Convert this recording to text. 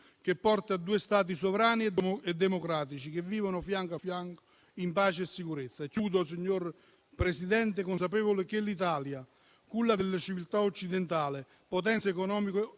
che porta a due Stati sovrani e democratici che vivono fianco a fianco in pace e sicurezza. In conclusione, signor Presidente, sono consapevole che l'Italia, culla della civiltà occidentale, potenza economica e